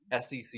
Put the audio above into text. sec